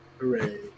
hooray